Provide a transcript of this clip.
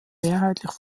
mehrheitlich